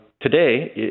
today